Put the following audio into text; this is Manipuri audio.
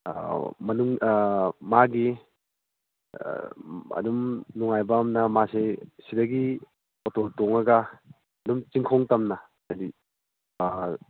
ꯃꯅꯨꯡ ꯃꯥꯒꯤ ꯑꯗꯨꯝ ꯅꯨꯡꯉꯥꯏꯕ ꯑꯃꯅ ꯃꯥꯁꯤ ꯁꯤꯗꯒꯤ ꯑꯣꯇꯣ ꯇꯣꯡꯂꯒ ꯑꯗꯨꯝ ꯆꯤꯡꯈꯣꯡ ꯇꯝꯅ ꯍꯥꯏꯗꯤ